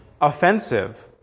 offensive